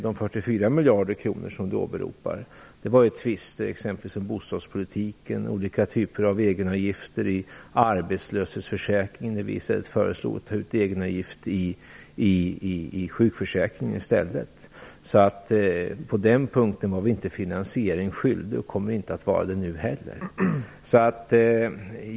De 44 miljarder kronor som Mats Odell åberopar gällde tvister om t.ex. bostadspolitiken och olika typer av egenavgifter i arbetslöshetsförsäkringen. Vi föreslog att man i stället skulle ta ut egenavgifter i sjukförsäkringen. På den punkten var vi inte finansieringen skyldig och kommer inte att vara det nu heller.